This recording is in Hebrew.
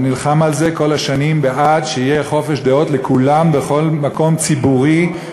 אני נלחם כל השנים בעד שיהיה חופש דעות לכולם בכל מקום ציבורי,